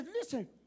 listen